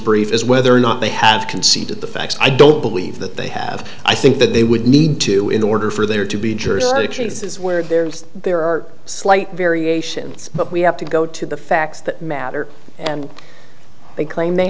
brief is whether or not they have conceded the facts i don't believe that they have i think that they would need to in order for there to be jurisdiction is where there's there are slight variations but we have to go to the facts that matter and they claim they